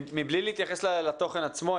מבלי להתייחס לתוכן עצמו.